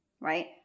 right